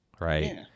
right